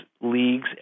leagues